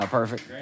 Perfect